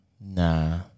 nah